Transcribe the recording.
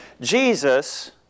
Jesus